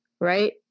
right